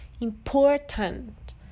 important